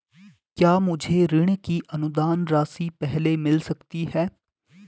क्या मुझे ऋण की अनुदान राशि पहले मिल सकती है?